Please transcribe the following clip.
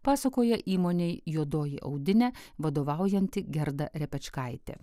pasakoja įmonei juodoji audinė vadovaujanti gerda repečkaitė